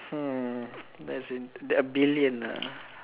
hmm that's an a billion lah